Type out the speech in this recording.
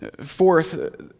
Fourth